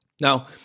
Now